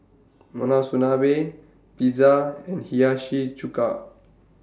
Monsunabe Pizza and Hiyashi Chuka